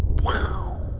wow.